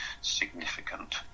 significant